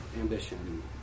ambition